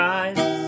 eyes